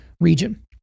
region